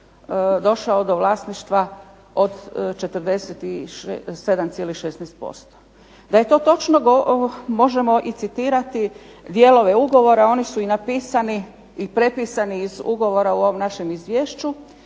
došao do vlasništva od 47,16%. Da je to točno možemo citirati dijelove ugovora, oni su napisani i prepisani iz ugovora u ovom našem izvješću.